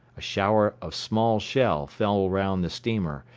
a shower of small shell fell round the steamer,